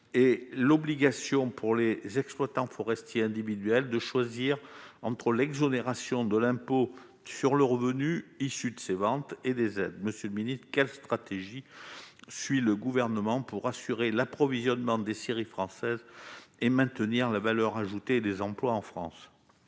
et l'obligation pour les exploitants forestiers individuel de choisir entre l'exonération de l'impôt sur le revenu issu de ses ventes et des aides Monsieur le Ministre : quelle stratégie suit le gouvernement pour assurer l'approvisionnement des séries françaises et maintenir la valeur ajoutée des emplois en France.